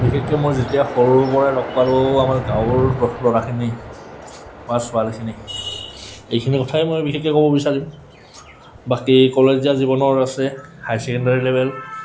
বিশেষকে মই যেতিয়া সৰুৰ পৰাই লগ পালেঁও আমাৰ গাঁৱৰ ল'ৰাখিনি পোৱা ছোৱালীখিনি এইখিনি কথাই মই বিশেষকে ক'ব বিচাৰিম বাকী কলেজীয়া জীৱনৰ আছে হাই ছেকেণ্ডাৰী লেভেল